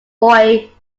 boy